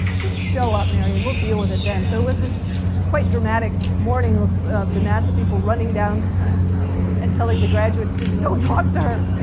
just show up mary and we'll deal with it then. so it was a quite dramatic morning with the nasa people running down and telling the graduated students, don't talk to her.